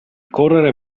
correre